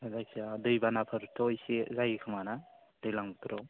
जायखिया दैबानाफोर इसे जायोखोमा ना दैज्लां बोथोराव